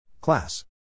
Class